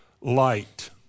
light